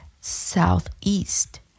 Southeast